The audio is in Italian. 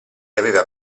aveva